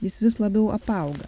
jis vis labiau apauga